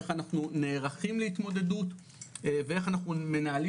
איך אנחנו נערכים להתמודדות ואיך אנחנו מנהלים